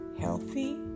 healthy